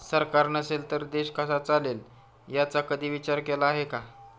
सरकार नसेल तर देश कसा चालेल याचा कधी विचार केला आहे का?